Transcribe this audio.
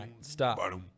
Stop